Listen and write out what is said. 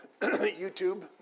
YouTube